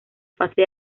fase